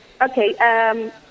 Okay